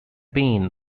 pain